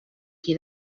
qui